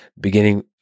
Beginning